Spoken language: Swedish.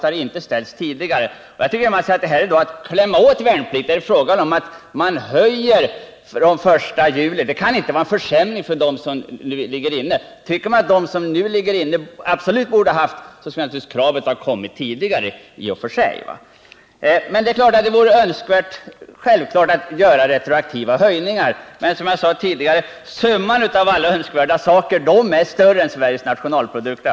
Här säger man att vi klämmer åt de värnpliktiga. Vad det är fråga om är att höja bidraget från den 1 juli — det kan inte vara en försämring för dem som nu ligger inne. Tycker man att de som nu ligger inne skulle ha haft en höjning skulle man naturligtvis ha ställt det kravet tidigare. Men det är självklart att det vore önskvärt att göra retroaktiva höjningar. Men som jag sade tidigare är summan av alla önskvärda saker större än Sveriges nationalprodukt.